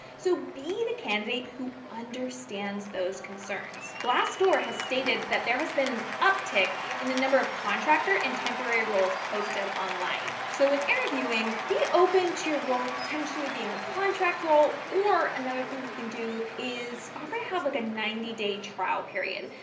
so be the candidate who understands those concerns. glassdoor has stated that there has been an uptake in the number of contractor and temporary roles posted online. so when interviewing, be open to the role potentially being a contract role, or another thing you can do is, is, offer to have like a ninety day trial period,